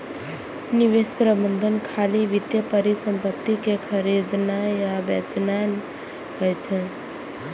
निवेश प्रबंधन खाली वित्तीय परिसंपत्ति कें खरीदनाय आ बेचनाय नहि होइ छै